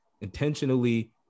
intentionally